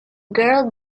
girl